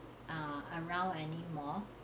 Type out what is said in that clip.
err around anymore